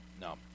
no